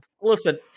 Listen